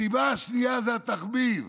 הסיבה השנייה זה התחביב,